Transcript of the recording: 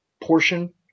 portion